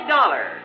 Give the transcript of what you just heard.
Dollar